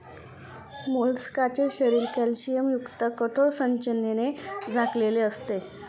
मोलस्काचे शरीर कॅल्शियमयुक्त कठोर संरचनेने झाकलेले असते